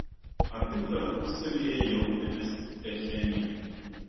abi tarpusavyje jautėme stiprią chemiją